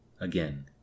Again